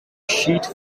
sheet